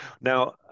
Now